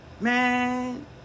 Man